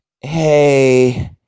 hey